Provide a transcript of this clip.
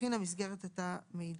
תכין המסגרת את המידע: